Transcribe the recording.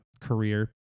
career